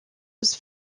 was